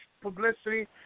publicity